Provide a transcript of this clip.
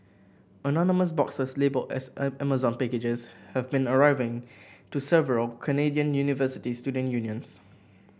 anonymous boxes labelled as Amazon packages have been arriving to several Canadian university student unions